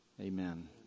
amen